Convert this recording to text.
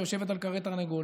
שיושבת על כרעי תרנגולת.